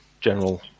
general